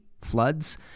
floods